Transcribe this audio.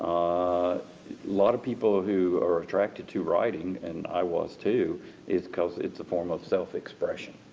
a lot of people who are attracted to writing, and i was too is because it's a form of self-expression.